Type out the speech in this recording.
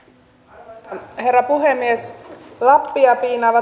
arvoisa herra puhemies lappia piinaavat